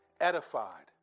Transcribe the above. edified